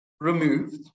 removed